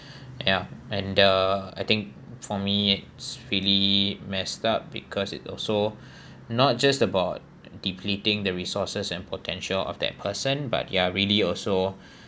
ya and uh I think for me it's really messed up because it also not just about depleting the resources and potential of that person but you are really also